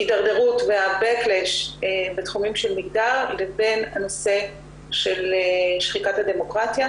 ההידרדרות וה-back lash בתחומים של מגדר לבין הנושא של שחיקת הדמוקרטיה